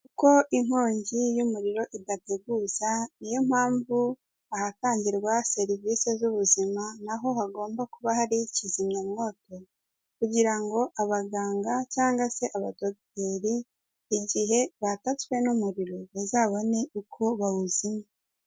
Kuko inkongi y'umuriro idateguza niyo mpamvu ahatangirwa serivise z'ubuzima naho hagomba kuba hari ikizimyawoto kugira ngo abaganga cyangwa se abadogiteri igihe batatswe n'umuriro bazabone uko bawuzimya.